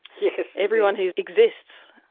yeah everyone who exists,